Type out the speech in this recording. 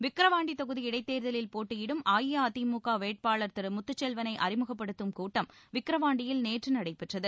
விக்கிரவாண்டி தொகுதி இடைத்தேர்தலில் போட்டியிடும் அஇஅதிமுக வேட்பாளர் திரு முத்தமிழ்ச்செல்வனை அறிமுகப்படுத்தும் கூட்டம் விக்கிரவாண்டியில் நேற்று நடைபெற்றது